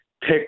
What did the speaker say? pick